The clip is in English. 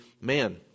man